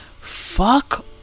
Fuck